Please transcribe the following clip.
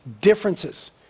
differences